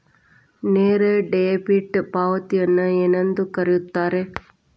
ನೇರ ಡೆಬಿಟ್ ಪಾವತಿಯನ್ನು ಏನೆಂದು ಕರೆಯುತ್ತಾರೆ?